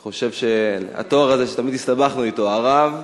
אני חושב שהתואר הזה, שתמיד הסתבכנו אתו, הרב,